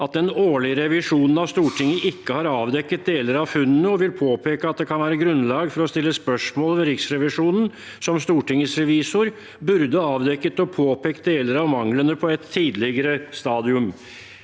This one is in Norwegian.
at den årlige revisjonen av Stortinget ikke har avdekket deler av funnene, og vil påpeke at det kan være grunnlag for å stille spørsmål ved om Riksrevisjonen, som Stortingets revisor, burde avdekket og påpekt deler av manglene på et tidligere stadium.»